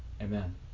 Amen